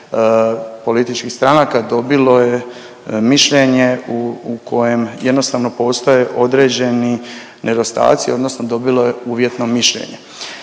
političkih stranaka dobilo je mišljenje u kojem jednostavno postoje određeni nedostaci odnosno dobilo je uvjetno mišljenje.